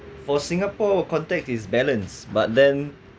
for singapore contact is balance but then